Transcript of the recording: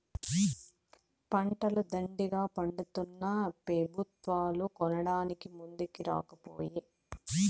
పంటలు దండిగా పండితున్నా పెబుత్వాలు కొనడానికి ముందరికి రాకపోయే